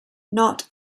not